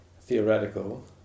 theoretical